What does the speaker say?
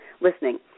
listening